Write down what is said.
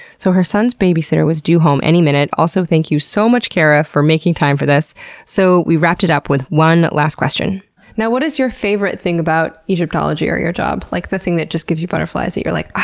so her son's babysitter was due home any minute also thank you so much kara for making time for this so we wrapped it up with one last question now what is your favorite thing about egyptology or your job? like, the thing that just gives you butterflies that you're like,